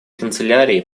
канцелярии